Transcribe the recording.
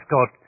God